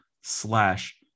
slash